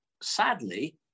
sadly